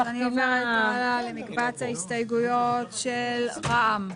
אז אני עוברת הלאה למקבץ ההסתייגויות של רע"מ.